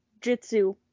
jitsu